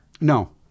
No